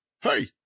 Hey